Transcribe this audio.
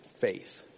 faith